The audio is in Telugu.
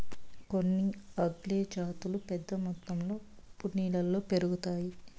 కొన్ని ఆల్గే జాతులు పెద్ద మొత్తంలో ఉప్పు నీళ్ళలో పెరుగుతాయి